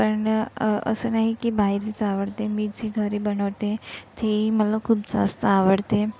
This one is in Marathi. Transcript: पण असं नाही की बाहेरचीच आवडते मी जी घरी बनवते तेही मला खूप जास्त आवडते